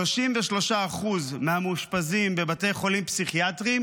33% מהמאושפזים בבתי חולים פסיכיאטריים